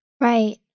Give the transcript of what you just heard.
Right